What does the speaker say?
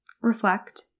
Reflect